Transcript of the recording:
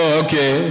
okay